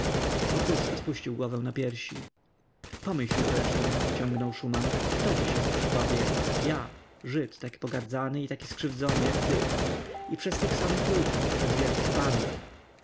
skończona wokulski spuścił głowę na piersi pomyśl zresztą ciągnął szuman kto dziś jest przy tobie ja żyd tak pogardzony i tak skrzywdzony jak ty i przez tych samych ludzi przez wielkich panów